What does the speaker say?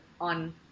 on